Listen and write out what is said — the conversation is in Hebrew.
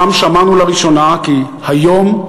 שם שמענו לראשונה כי היום,